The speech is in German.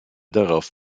darauf